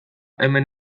hemen